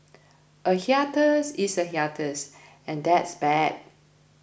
a hiatus is a hiatus and that's bad